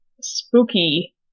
spooky